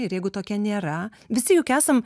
ir jeigu tokia nėra visi juk esam